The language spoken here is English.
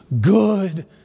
good